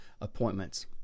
appointments